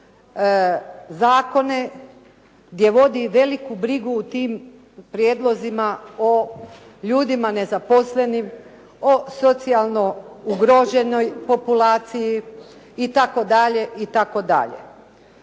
zakone gdje vodi veliku brigu o tim prijedlozima o ljudima nezaposlenim, o socijalno ugroženoj populaciji itd.